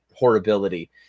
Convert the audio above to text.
horribility